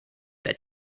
that